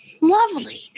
lovely